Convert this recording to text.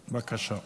בבקשה.